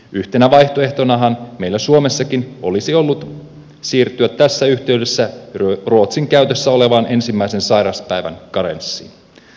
yhtenä vaihtoehtonahan meillä suomessakin olisi ollut siirtyä tässä yhteydessä ruotsissa käytössä olevaan ensimmäisen sairauspäivän karenssiin